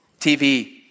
TV